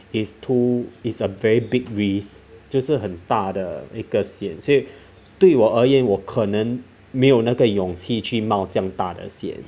is too is a very big risk 就是很大的一个险所以对我而言我可能没有那个勇气去冒这样大的险